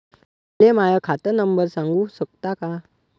मले माह्या खात नंबर सांगु सकता का?